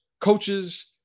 coaches